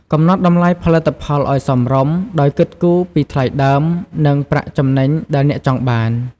កំណត់តម្លៃផលិតផលឱ្យសមរម្យ ដោយគិតគូរពីថ្លៃដើម និងប្រាក់ចំណេញដែលអ្នកចង់បាន។